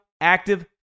Active